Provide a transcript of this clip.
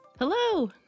Hello